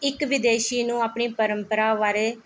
ਇੱਕ ਵਿਦੇਸ਼ੀ ਨੂੰ ਆਪਣੀ ਪਰੰਪਰਾ ਬਾਰੇ